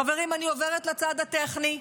חברים, אני עוברת לצד הטכני.